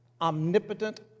omnipotent